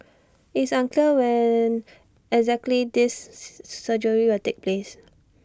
it's unclear when exactly this surgery will take place